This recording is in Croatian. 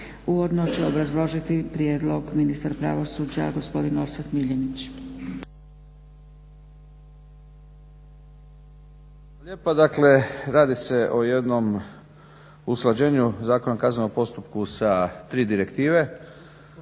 Uvodno će obrazložiti prijedlog ministar pravosuđa gospodin Orsat Miljenić. **Miljenić, Orsat** Hvala lijepa. Dakle, radi se o jednom usklađenju Zakona o kaznenom postupku sa tri direktive.